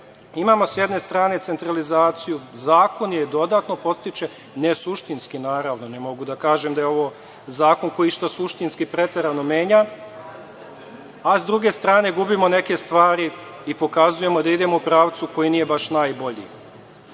imamo s jedne strane centralizaciju, zakon je dodatno podstiče, ne suštinski, naravno, ne mogu da kažem da je ovo zakon koji išta suštinski preterano menja, a, s druge strane, gubimo neke stvari i pokazujemo da idemo u pravcu koji nije baš najbolji. Još